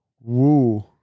Woo